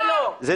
זה לא זה.